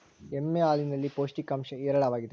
ಎಮ್ಮೆ ಹಾಲಿನಲ್ಲಿ ಪೌಷ್ಟಿಕಾಂಶ ಹೇರಳವಾಗಿದೆ